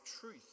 truth